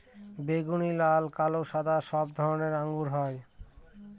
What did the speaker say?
বেগুনি, লাল, কালো, সাদা সব রঙের আঙ্গুর হয়